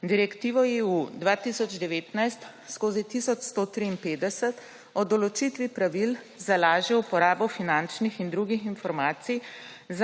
Direktive EU 2019/1153 o določitvi pravil za lažjo uporabo finančnih in drugih informacij